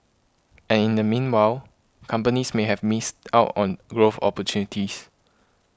and in the meanwhile companies may have miss out on growth opportunities